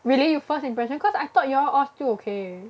really you first impression cause I thought y'all all still okay